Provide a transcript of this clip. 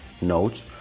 notes